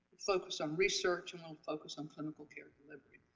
focus on research, and will focus on clinical care delivery,